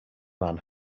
man